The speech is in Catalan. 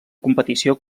competició